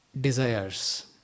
desires